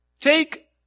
Take